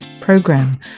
Program